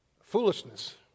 Foolishness